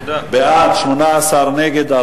בעד, 18, נגד,